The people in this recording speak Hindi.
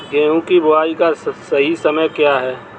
गेहूँ की बुआई का सही समय क्या है?